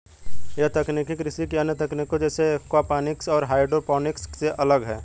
यह तकनीक कृषि की अन्य तकनीकों जैसे एक्वापॉनिक्स और हाइड्रोपोनिक्स से अलग है